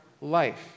life